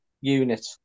unit